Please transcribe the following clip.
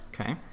okay